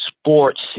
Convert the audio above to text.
sports